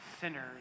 sinners